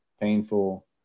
painful